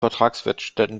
vertragswerkstätten